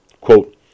Quote